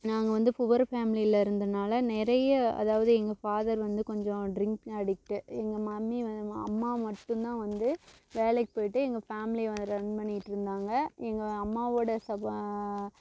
நாங்கள் வந்து புவர் ஃபேமிலியில இருந்தனால நிறைய அதாவது எங்கள் ஃபாதர் வந்து கொஞ்சம் ட்ரிங்க் அடிக்ட்டு எங்கள் மம்மி அம்மா மட்டும்தான் வந்து வேலைக்கு போயிவிட்டு எங்கள் ஃபேமிலியை ரன் பண்ணிகிட்டு இருந்தாங்க எங்கள் அம்மாவோட சக